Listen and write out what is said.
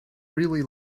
really